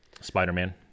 Spider-Man